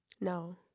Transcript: No